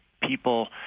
people